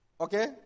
okay